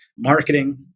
Marketing